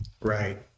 Right